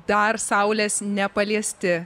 dar saulės nepaliesti